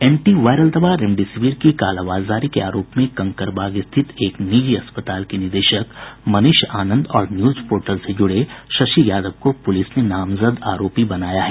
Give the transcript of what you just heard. anti viral दवा remdesivir की कालाबाजारी के आरोप में कंकड़बाग स्थित एक निजी अस्पताल के निदेशक मनीष आनंद और न्यूज पोर्टल से जुड़े शशि यादव को पुलिस ने नामजद आरोपी बनाया है